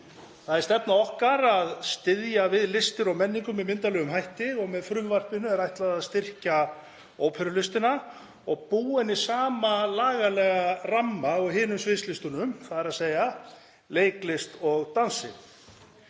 Það er stefna okkar að styðja við listir og menningu með myndarlegum hætti. Frumvarpinu er ætlað að styrkja óperulistina og búa henni sama lagalega ramma og hinum sviðslistunum, þ.e. leiklist og dansi.